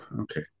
Okay